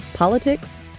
Politics